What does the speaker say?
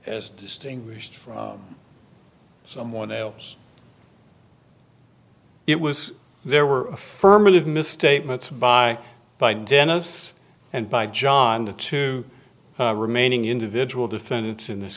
as distinguished from someone else it was there were affirmative misstatements by by dentists and by john the two remaining individual defendants in this